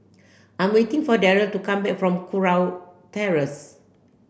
I'm waiting for Darell to come back from Kurau Terrace